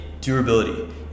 durability